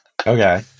Okay